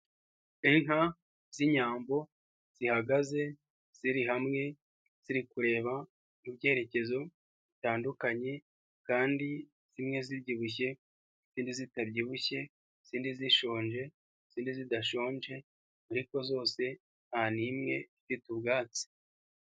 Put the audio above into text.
Inka z'inyambo, zihagaze ziri hamwe, ziri kureba mu byerekezo bitandukanye, kandi zimwe zibyibushye, izindi zitabyibushye, zimwe zishonje, izindi zidashonje, ariko zose nta n'imwe ifite ubwatsi.